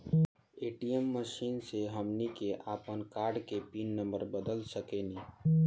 ATM machine से हमनी के आपन कार्ड के पिन नम्बर बदल सके नी